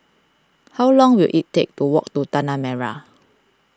how long will it take to walk to Tanah Merah